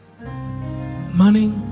money